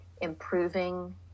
improving